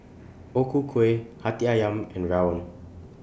O Ku Kueh Hati Ayam and Rawon